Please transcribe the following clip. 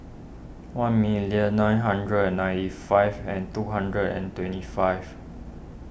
one million nine hundred and ninety five and two hundred and twenty five